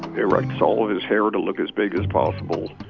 erects all of his hair to look as big as possible,